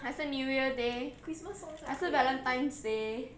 还是 new year day 还是 valentine's day